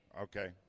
Okay